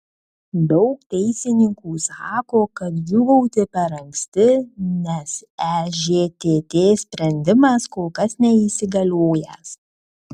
daug teisininkų sako kad džiūgauti per anksti nes ežtt sprendimas kol kas neįsigaliojęs